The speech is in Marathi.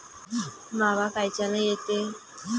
मावा कायच्यानं येते?